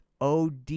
OD